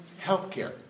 Healthcare